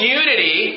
unity